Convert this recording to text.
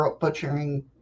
butchering